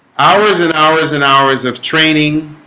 hours and hours and hours of training